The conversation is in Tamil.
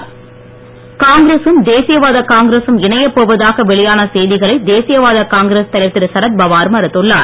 பவார் காங்கிரசும் தேசிய வாத காங்கிரசும் இணையப் போவதாக வெளியான செய்திகளை தேசியவாத காங்கிரஸ் தலைவர் திரு சரத்பவார் மறுத்துள்ளார்